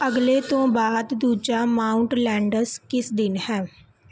ਅਗਲੇ ਤੋਂ ਬਾਅਦ ਦੂਜਾ ਮਾਂਉਟ ਲੈਂਡਸ ਕਿਸ ਦਿਨ ਹੈ